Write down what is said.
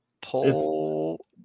Pull